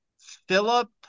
Philip